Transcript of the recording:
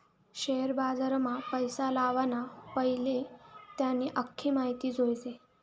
share बजारमा पैसा लावाना पैले त्यानी आख्खी माहिती जोयजे